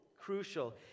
crucial